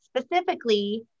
specifically